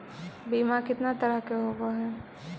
बीमा कितना तरह के होव हइ?